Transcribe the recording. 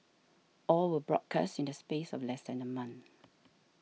all were broadcast in the space of less than a month